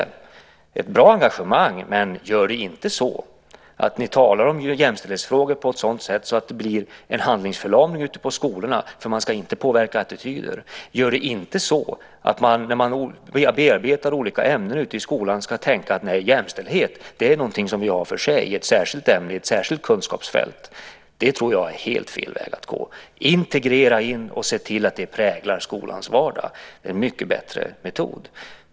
Det är ett bra engagemang, men tala inte om jämställdhetsfrågor på ett sådant sätt att det blir en handlingsförlamning ute på skolorna för att man inte ska påverka attityder. Gör det inte så att man, när man bearbetar olika ämnen ute i skolan, tänker: Nej, jämställdhet är någonting som vi har för sig, ett särskilt ämne i ett särskilt kunskapsfält. Det tror jag är helt fel väg att gå. Integrera detta och se till att det präglar skolans vardag. Det är en mycket bättre metod.